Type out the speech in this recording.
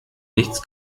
nichts